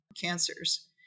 cancers